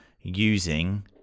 using